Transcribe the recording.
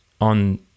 on